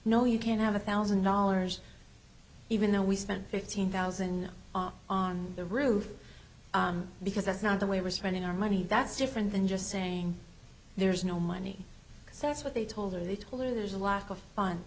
no you can't have a thousand dollars even though we spent fifteen thousand on the roof because that's not the way we're spending our money that's different than just saying there's no money so that's what they told her they told her there's a lot of fun